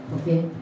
okay